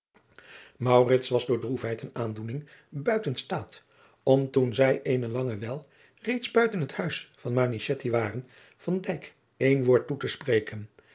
was door droefheid en aandoeningen buiten staat om toen zij eene lange wijl reeds buiten het huis van manichetti waren van dijk één woord toe te spreken